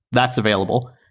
that's available,